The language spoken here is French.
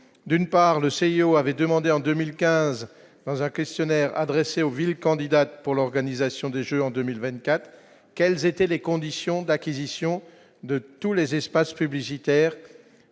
d'une part, le CIO avait demandé en 2015 dans un questionnaire adressé aux villes candidates pour l'organisation des Jeux en 2024 quelles étaient les conditions d'acquisition de tous les espaces publicitaires